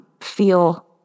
feel